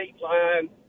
line